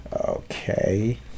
Okay